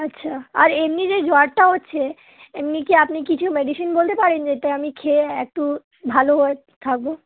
আচ্ছা আর এমনি যে জ্বরটা হচ্ছে এমনি কি আপনি কিছু মেডিসিন বলতে পারেন যেটা আমি খেয়ে একটু ভালো হয়ে থাকবো